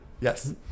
Yes